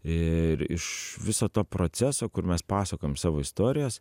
ir iš viso to proceso kur mes pasakojom savo istorijas